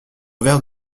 verre